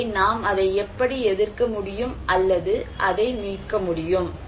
எனவே நாம் அதை எப்படி எதிர்க்க முடியும் அல்லது அதை மீட்க முடியும்